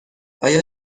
آیا